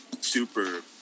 super